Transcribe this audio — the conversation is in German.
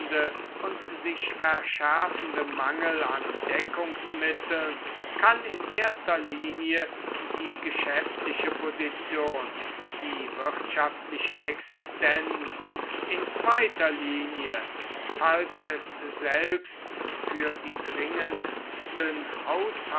und sich verschärfende mangel an deckungsmitteln kann in erster linie die geschäftliche position die wirtschaftliche existenz in zweiter linie falls es selbst für die dringendsten